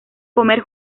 comer